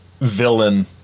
villain